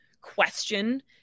question